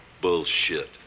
Bullshit